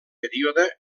període